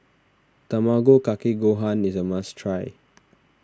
Tamago Kake Gohan is a must try